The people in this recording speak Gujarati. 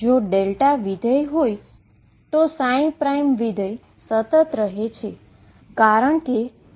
જો ફંક્શન હોય તો ફંક્શન સતત રહે છે